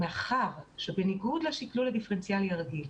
מאחר שבניגוד לשקלול הדיפרנציאלי הרגיל,